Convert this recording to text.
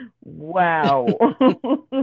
Wow